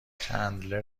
چندلر